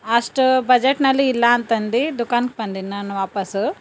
ಅಷ್ಟು ಬಜೆಟ್ನಲ್ಲಿ ಇಲ್ಲ ಅಂತಂದು ದುಕಾನ್ಗೆ ಬಂದೆನ್ ನಾನು ವಾಪಸ್ಸು